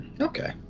okay